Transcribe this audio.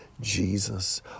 Jesus